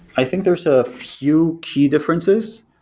i think there's a few key differences.